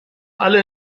alle